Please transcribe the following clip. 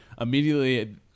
immediately